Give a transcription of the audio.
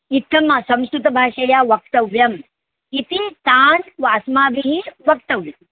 इत्थं संस्कृतभाषया वक्तव्यम् इति तान् वा अस्माभिः वक्तव्यम्